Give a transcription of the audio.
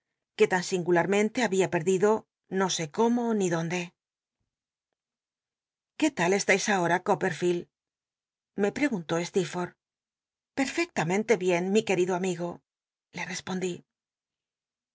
que tan singularmente babia perdido no sé cómo ni dónde qué tal eslais ahora coppcl'fieltl lllc prc gunló tcrrforth perfectamente bien mi qucl'ido amigo le respondí